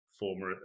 former